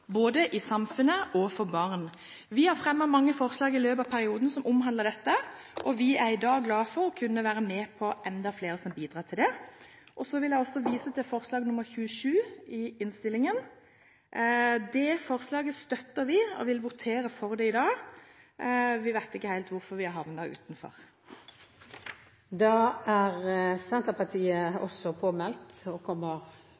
både i samfunnet og for barn. Vi har fremmet mange forslag i løpet av perioden som omhandler dette. Vi er i dag glad for å kunne være med på enda flere forslag som bidrar til det. Jeg vil vise til forslag nr. 27 i innstillingen. Det forslaget støtter vi, og vi vil votere for det i dag – vi vet ikke helt hvorfor vi har